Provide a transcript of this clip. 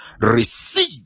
receive